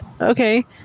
Okay